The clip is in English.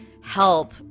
help